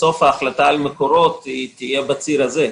בסוף ההחלטה על מקורות תהיה בציר הזה,